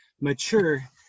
mature